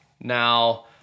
Now